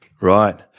Right